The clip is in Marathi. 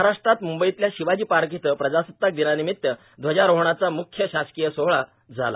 महाराष्ट्रात मुंबईतल्या शिवाजी पार्क इथं प्रजासत्ताक दिनानिमीत ध्वजारोहणाचा मुख्य शासकीय सोहळा पार पडला